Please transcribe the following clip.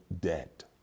debt